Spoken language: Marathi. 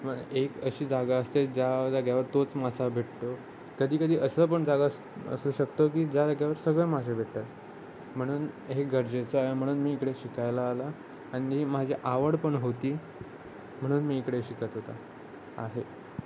मग एक अशी जा जाा असते ज्या जागेवर तोच मासा भेटतो कधी कधी असं पण जागा असू शकतो की ज्या जागेवर सगळ्या मासे भेटतात म्हणून हे गरजेचं आहे म्हणून मी इकडे शिकायला आला आणि माझी आवड पण होती म्हणून मी इकडे शिकत होता आहे